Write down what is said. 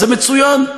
זה מצוין,